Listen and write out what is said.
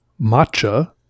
matcha